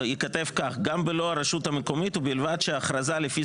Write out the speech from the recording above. ייכתב כך "גם בלא הרשות המקומית ובלבד שהכרזה לפי